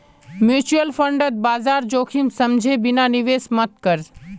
mutual फंडत बाजार जोखिम समझे बिना निवेश मत कर